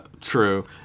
true